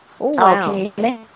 Okay